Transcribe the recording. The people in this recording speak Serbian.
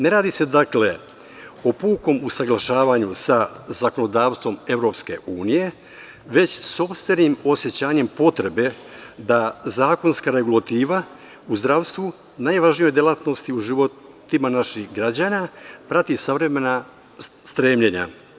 Ne radi se, dakle, o pukom usaglašavanju sa zakonodavstvom EU, već sopstvenim osećanjem potrebe da zakonska regulativa u zdravstvu, najvažnijoj delatnosti u životima naših građana, prati savremena stremljenja.